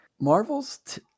Marvel's